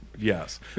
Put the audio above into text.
Yes